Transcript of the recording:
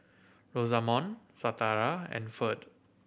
Rosamond Shatara and Ferd